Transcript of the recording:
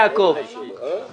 מה הועילה רשות המיסים בתקנותיה?